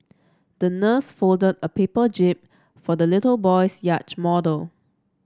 the nurse folded a paper jib for the little boy's yacht model